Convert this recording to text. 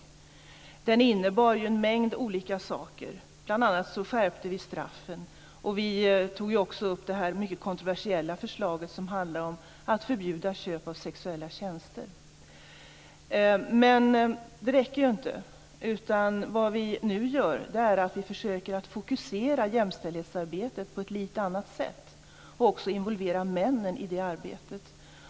Propositionen innebar en mängd olika saker. Bl.a. skärpte vi straffen. Vi tog också upp det mycket kontroversiella förslag som handlar om förbud mot köp av sexuella tjänster. Men det räcker ju inte. Vad vi nu gör är att vi försöker fokusera jämställdhetsarbetet på ett lite annat sätt och även involvera männen i det arbetet.